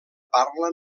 parla